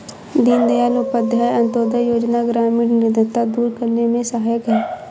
दीनदयाल उपाध्याय अंतोदय योजना ग्रामीण निर्धनता दूर करने में सहायक है